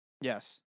Yes